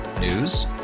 News